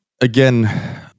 again